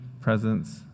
presence